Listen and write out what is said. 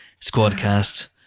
Squadcast